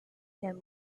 him